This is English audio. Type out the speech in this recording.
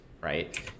right